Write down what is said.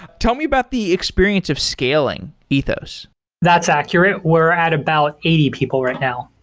tell me about the experience of scaling ethos that's accurate. we're at about eighty people right now.